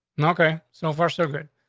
and okay, so far, so good.